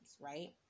right